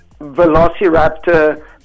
velociraptor